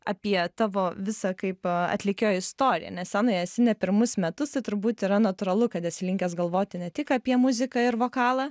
apie tavo visą kaip atlikėjo istoriją nes scenoje esi ne pirmus metus turbūt yra natūralu kad esi linkęs galvoti ne tik apie muziką ir vokalą